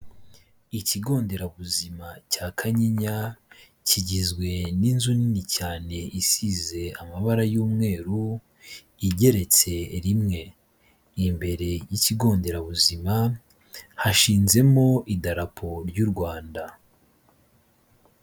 Ikigo nderabuzima cya Kanyinya kigizwe n'inzu nini cyane isize amabara y'umweru igeretse rimwe. Imbere y'ikigo nderabuzima hashinzemo idarapo ry'u Rwanda.